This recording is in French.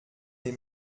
des